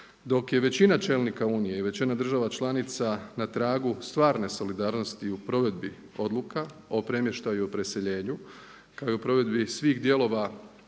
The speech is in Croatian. Dok je većina čelnika unije i većina država članica na tragu stvarne solidarnosti u provedbi odluka o premještaju i preseljenju kao i provedbi svih dijelova